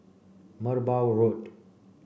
Merbau Road